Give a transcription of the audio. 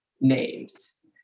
names